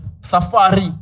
Safari